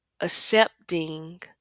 accepting